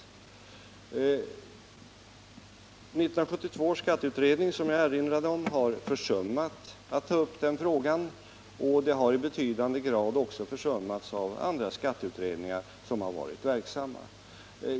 1972 års skatteutredning, som jag erinrade om, har försummat att ta upp den frågan, och den har i betydande grad också försummats av andra skatteutredningar som varit verksamma.